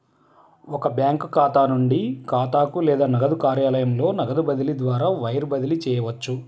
ఒక బ్యాంకు ఖాతా నుండి ఖాతాకు లేదా నగదు కార్యాలయంలో నగదు బదిలీ ద్వారా వైర్ బదిలీ చేయవచ్చు